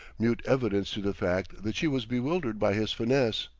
mute evidence to the fact that she was bewildered by his finesse.